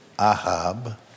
Ahab